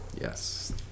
Yes